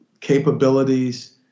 capabilities